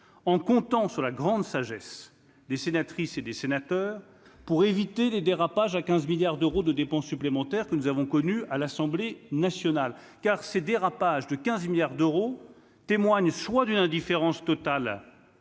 en comptant sur la grande sagesse des sénatrices et des sénateurs. Pour éviter les dérapages à 15 milliards d'euros de dépenses supplémentaires que nous avons connu à l'Assemblée nationale, car ces dérapages de 15 milliards d'euros, témoigne soit d'une indifférence totale